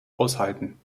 aushalten